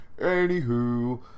anywho